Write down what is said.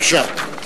בבקשה.